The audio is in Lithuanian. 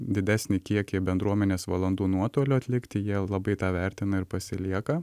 didesnį kiekį bendruomenės valandų nuotoliu atlikti jie labai tą vertina ir pasilieka